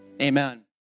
amen